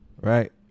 right